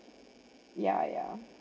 yeah yeah